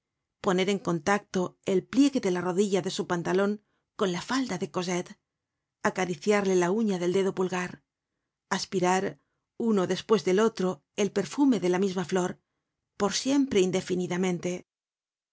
poner en contacto el pliegue de la rodilla de su pantalon con la falda de cosette acariciarle la uña del dedo pulgar aspirar uno despues del otro el perfume de la misma flor por siempre indefinidamente